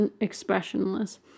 expressionless